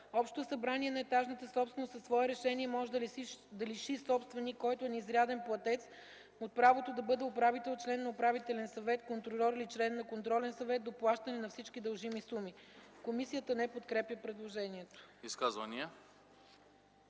Общото събрание на етажната собственост със свое решение може да лиши собственик, който е неизряден платец, от правото да бъде управител, член на управителен съвет, контрольор или член на контролен съвет до плащане на всички дължими суми”.” Комисията не подкрепя предложението.